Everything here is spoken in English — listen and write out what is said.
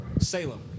Salem